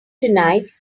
tonight